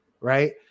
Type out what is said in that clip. Right